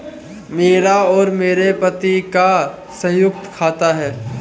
मेरा और मेरे पति का संयुक्त खाता है